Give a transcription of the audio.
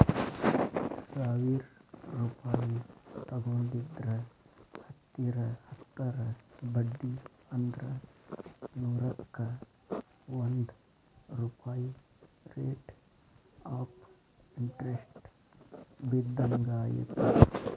ಸಾವಿರ್ ರೂಪಾಯಿ ತೊಗೊಂಡಿದ್ರ ಹತ್ತರ ಬಡ್ಡಿ ಅಂದ್ರ ನೂರುಕ್ಕಾ ಒಂದ್ ರೂಪಾಯ್ ರೇಟ್ ಆಫ್ ಇಂಟರೆಸ್ಟ್ ಬಿದ್ದಂಗಾಯತು